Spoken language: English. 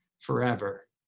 forever